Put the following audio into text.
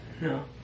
No